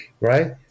Right